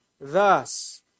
thus